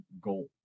goal